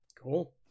cool